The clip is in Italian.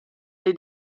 dei